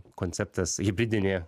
konceptas hibridinė